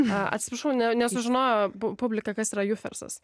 a atsiprašau ne nesužinojo pu publika kas yra jufersas